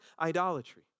idolatry